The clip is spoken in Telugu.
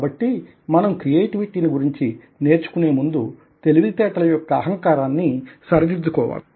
కాబట్టి మనం క్రియేటివిటీని గురించి నేర్చుకునే ముందు తెలివితేటల యొక్క అహంకారాన్ని సరిదిద్దుకోవాలి